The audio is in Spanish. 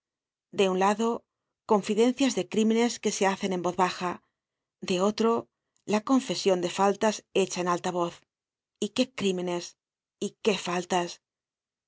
de un lado confidencias de crímenes que se hacen en voz baja de otro la confesion de faltas hecha en alta voz y qué crímenes y qué faltas